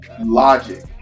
logic